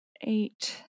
eight